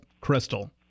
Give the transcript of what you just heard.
Crystal